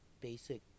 basic